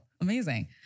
amazing